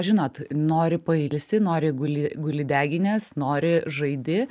žinot nori pailsi nori guli guli deginies nori žaidi